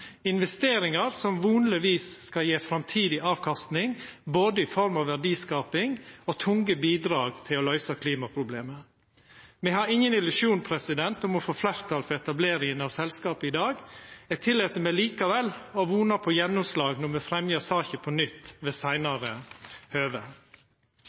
investeringar som vonleg skal gje framtidig avkastning i form av både verdiskaping og tunge bidrag til å løysa klimaproblemet. Me har ingen illusjon om å få fleirtal for etableringa av selskapet i dag. Eg tillèt meg likevel å vona på gjennomslag når me fremjar saka på nytt ved